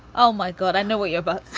oh, my god. i know what you're but